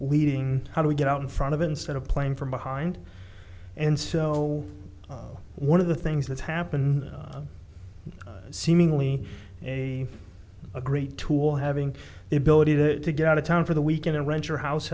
leading how do we get out in front of instead of playing from behind and so one of the things that's happened seemingly a a great tool having the ability to get out of town for the weekend and rent your house